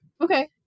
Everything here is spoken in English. Okay